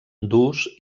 durs